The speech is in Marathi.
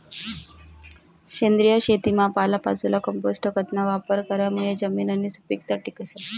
सेंद्रिय शेतीमा पालापाचोया, कंपोस्ट खतना वापर करामुये जमिननी सुपीकता टिकस